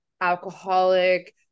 alcoholic